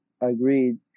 agreed